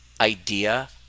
idea